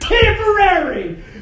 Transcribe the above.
temporary